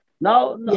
Now